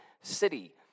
city